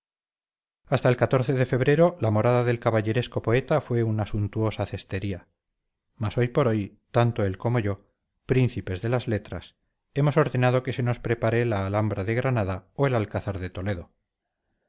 hasta el de febrero la morada del caballeresco poeta fue una suntuosa cestería mas hoy por hoy tanto él como yo príncipes de las letras hemos ordenado que se nos prepare la alhambra de granada o el alcázar de toledo